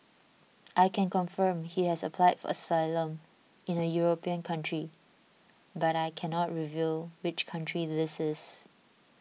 I can confirm he has applied for asylum in a European country but I cannot reveal which country this is